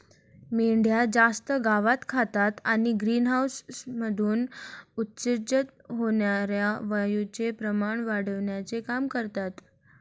मेंढ्या जास्त गवत खातात आणि ग्रीनहाऊसमधून उत्सर्जित होणार्या वायूचे प्रमाण वाढविण्याचे काम करतात